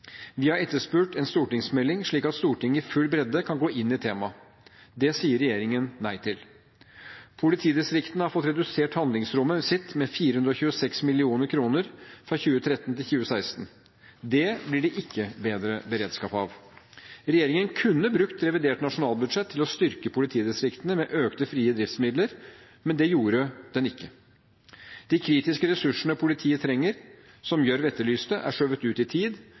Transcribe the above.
Vi har etterspurt en stortingsmelding, slik at Stortinget i full bredde kan gå inn i temaet. Det sier regjeringen nei til. Politidistriktene har fått redusert handlingsrommet sitt med 426 mill. kr fra 2013 til 2016. Det blir det ikke bedre beredskap av. Regjeringen kunne brukt revidert nasjonalbudsjett til å styrke politidistriktene med økte frie driftsmidler, men det gjorde den ikke. De kritiske ressursene politiet trenger, som Gjørv etterlyste, er skjøvet ut i tid